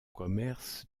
commerce